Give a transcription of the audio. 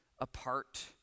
apart